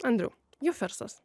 andriau jufersas